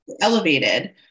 elevated